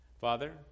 Father